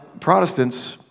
Protestants